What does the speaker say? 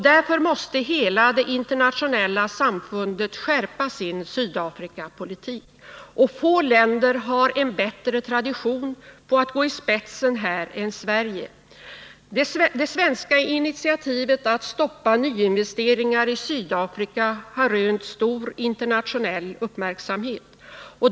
Därför måste hela det internationella samfundet skärpa sin Sydafrikapolitik, och få länder har en bättre tradition på att gå i spetsen än Sverige. Det svenska initiativet att stoppa nyinvesteringar i Sydafrika har rönt stor Nr 100 internationell uppmärksamhet.